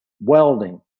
welding